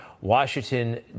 Washington